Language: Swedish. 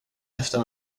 efter